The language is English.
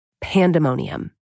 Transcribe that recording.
pandemonium